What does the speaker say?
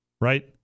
right